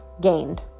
gained